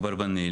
אברבנאל